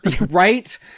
right